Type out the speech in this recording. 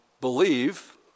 believe